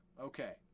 Okay